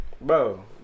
Bro